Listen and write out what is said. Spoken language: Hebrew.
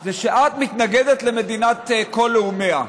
זה שאת מתנגדת למדינת כל לאומיה.